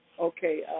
okay